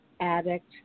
addict